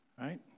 Right